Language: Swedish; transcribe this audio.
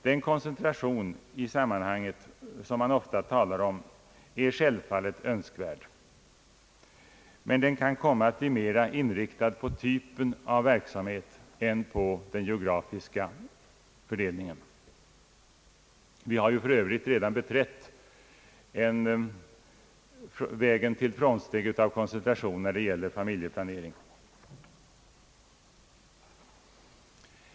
Den koncentration i sammanhanget som man ofta talar om är självfallet önskvärd, men den kan komma att bli mera inriktad på typen av verksamhet än på den geografiska fördelningen. Vi har ju för Övrigt redan beträtt den vägen när det gäller familjeplaneringen.